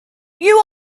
you